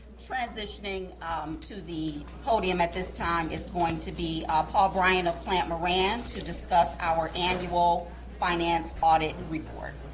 transitioning um to the podium at this time is going to be paul bryant of plante moran to discuss our annual finance audit and report.